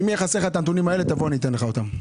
אם יהיה חסר לך הנתונים האלה תבוא ואתן לך אותם.